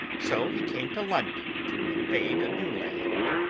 so he came to london to invade a new land.